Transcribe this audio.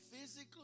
physically